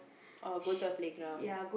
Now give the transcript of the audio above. orh go to a playground